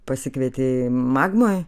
pasikvietei magmoj